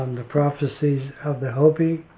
um the prophecies of the hopi.